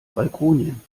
balkonien